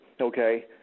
okay